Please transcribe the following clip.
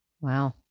Wow